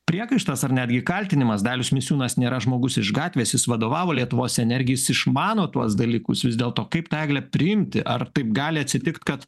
priekaištas ar netgi kaltinimas dalius misiūnas nėra žmogus iš gatvės jis vadovavo lietuvos energijai jis išmano tuos dalykus vis dėlto kaip tą egle priimti ar taip gali atsitikt kad